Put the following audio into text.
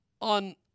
on